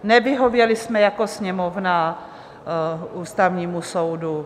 Nevyhověli jsme jako Sněmovna Ústavnímu soudu.